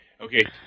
Okay